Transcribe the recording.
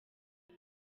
uyu